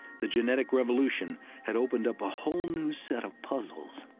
the genetic revolution had opened up a whole new set of puzzles.